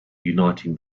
uniting